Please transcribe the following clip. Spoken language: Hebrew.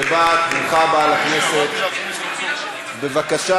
שכבר שנים אתם לא מצליחים לפתור את מצוקת הדיור,